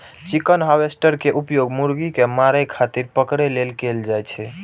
chicken harvester के उपयोग मुर्गी कें मारै खातिर पकड़ै लेल कैल जाइ छै